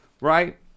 right